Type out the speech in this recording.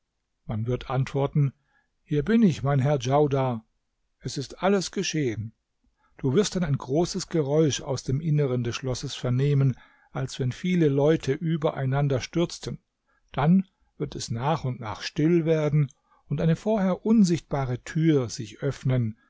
man wird antworten hier bin ich mein herr djaudar es ist alles geschehen du wirst dann ein großes geräusch aus dem inneren des schlosses vernehmen als wenn viele leute über einander stürzten dann wird es nach und nach still werden und eine vorher unsichtbare tür sich öffnen